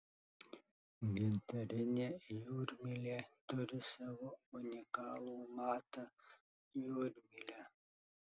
gintarinė jūrmylė turi savo unikalų matą jūrmylę